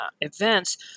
events